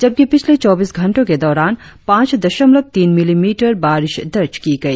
जबकि पिछले चौबीस घंटो के दौरान पांच दशमलव तीन मिलीमीटर बारिश दर्ज की गई